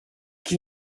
qui